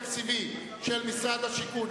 הסעיף התקציבי של משרד השיכון,